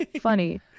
Funny